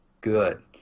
good